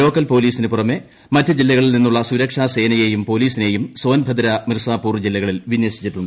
local പൊലീസിന് പുറമെ മറ്റ് ജില്ലകളിൽ നിന്നുള്ള സുരക്ഷാ സേനയെയും പൊലീസിനെയും സോൻഭദ്ര മിർസാപൂർ ജില്ലകളിൽ വിന്യസിച്ചിട്ടുണ്ട്